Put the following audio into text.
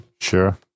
Sure